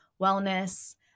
wellness